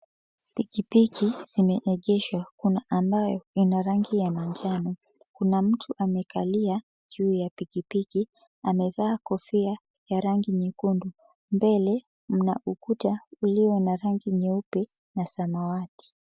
Pikipiki zimeegeshwa. Kuna ambayo ina rangi ya manjano. Kuna mtu amekalia juu ya pikipiki, amevaa kofia ya rangi nyekundu. Mbele mna ukuta ulio na rangi nyeupe na samawati.